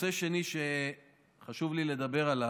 נושא שני שחשוב לי לדבר עליו,